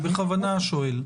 אני בכוונה שואל.